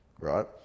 right